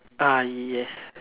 ah yes